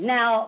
Now